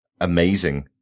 amazing